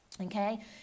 Okay